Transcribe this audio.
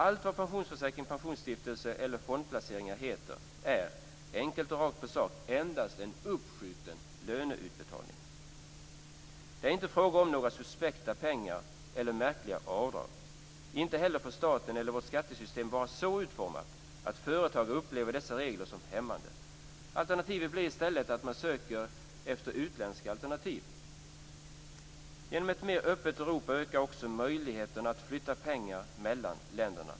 Allt vad pensionsförsäkring, pensionsstiftelser eller fondplaceringar heter är enkelt och rakt på sak endast en uppskjuten löneutbetalning. Det är inte fråga om några suspekta pengar eller märkliga avdrag. Inte heller får statens agerande eller vårt skattesystem vara så utformat att företag upplever dessa regler som hämmande. Resultatet blir i stället att man söker efter utländska alternativ. Genom ett mer öppet Europa ökar också möjligheterna att flytta pengar mellan länderna.